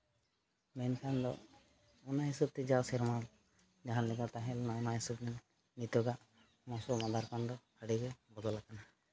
ᱢᱮᱱᱠᱷᱟᱱ ᱫᱚ ᱚᱱᱟ ᱦᱤᱥᱟᱹᱵᱽ ᱛᱮ ᱡᱟᱣ ᱥᱮᱨᱢᱟ ᱡᱟᱦᱟᱸ ᱞᱮᱠᱟ ᱛᱟᱦᱮᱸ ᱞᱮᱱᱟ ᱚᱱᱟ ᱦᱤᱥᱟᱹᱵᱽ ᱜᱮ ᱱᱤᱛᱚᱜᱟᱜ ᱢᱚᱥᱩᱢ ᱟᱫᱷᱟᱨ ᱠᱚᱫᱚ ᱟᱹᱰᱤᱜᱮ ᱵᱚᱫᱚᱞ ᱟᱠᱟᱱᱟ